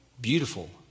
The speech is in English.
beautiful